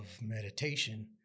meditation